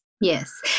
Yes